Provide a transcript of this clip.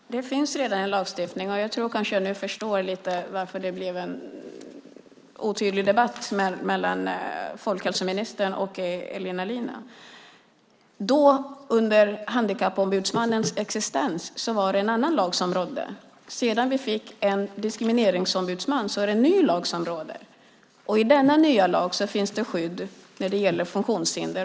Herr talman! Det finns redan en lagstiftning. Jag tror att jag förstår nu varför det blev en otydlig debatt mellan folkhälsoministern och Elina Linna. Då, under Handikappombudsmannens existens, var det en annan lag som rådde. Sedan vi fick en diskrimineringsombudsman är det en ny lag som råder. I denna nya lag finns det skydd när det gäller funktionshinder.